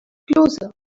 closer